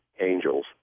angels